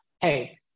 hey